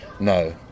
No